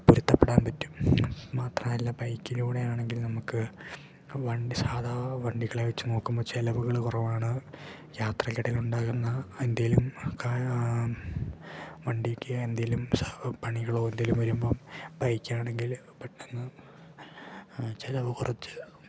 പൊരുത്തപ്പെടാൻ പറ്റും മാത്രമല്ല ബൈക്കിലൂടെയാണെങ്കിൽ നമുക്ക് വണ്ടി സാധാ വണ്ടികളെ വെച്ചു നോക്കുമ്പോൾ ചിലവുകൾ കുറവാണ് യാത്രക്കിടയിലുണ്ടാകുന്ന എന്തെങ്കിലും വണ്ടിക്ക് എന്തെങ്കിലും പണികളോ എന്തെങ്കിലും വരുമ്പം ബൈക്കാണെങ്കിൽ പെട്ടന്ന് ചിലവു കുറച്ച്